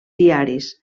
diaris